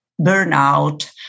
burnout